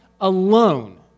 alone